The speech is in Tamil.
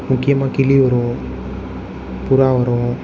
முக்கியமாக கிளி வரும் புறா வரும்